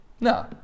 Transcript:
No